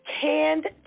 canned